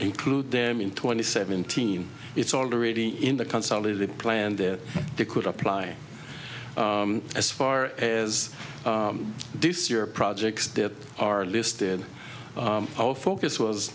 include them in twenty seventeen it's already in the consolidated plan there they could apply as far as this year projects that are listed in our focus was